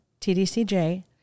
TDCJ